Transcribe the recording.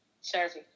serving